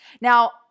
Now